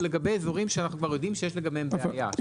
לגבי אזורים שאנחנו כבר יודעים שיש לגביהם בעיה,